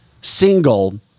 single